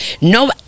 no